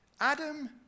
Adam